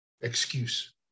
excuse